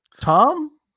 Tom